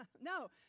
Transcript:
No